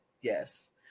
Yes